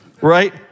Right